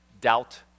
doubt